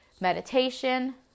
meditation